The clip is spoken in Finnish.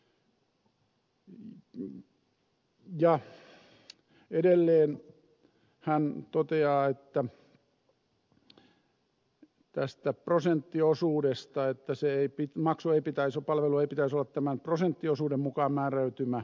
ja edelleen hän toteaa tästä prosenttiosuudesta että palvelun ei pitäisi olla tämän prosenttiosuuden mukaan määräytyvä